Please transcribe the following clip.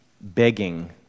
begging